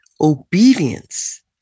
obedience